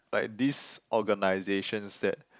like these organizations that